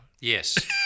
Yes